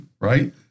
right